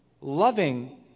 loving